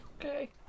Okay